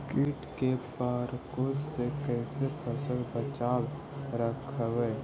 कीट के परकोप से कैसे फसल बचाब रखबय?